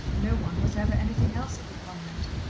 no one was ever anything else at the convent,